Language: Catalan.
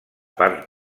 part